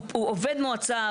הוא עובד מועצה,